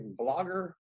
blogger